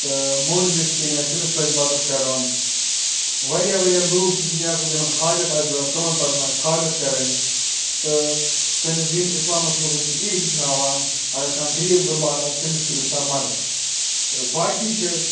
تہٕ موٚنٛڈ مِس کِنۍ آسہِ تٔمِس پَزِ مَدتھ کَرُن واریاہ واریاہ لوٗکھ چھِ دُنیاہَس منٛز یِمَن حاجت آسہِ ضوٚرَتھ تِمَن پَزَن آسہِ حاجت کڑٕنۍ تہٕ سٲنِس دینہِ اِسلامَس منٛز چھِ ایی ہیٚچھناوان اَگر کانٛہہ غریٖب غُربات آسہِ تٔمِس کٔرِو سا مَدتھ تہٕ باقی چھِ